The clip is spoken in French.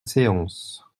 séance